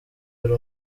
ari